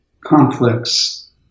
conflicts